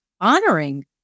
honoring